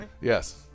Yes